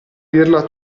dirla